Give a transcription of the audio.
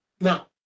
Now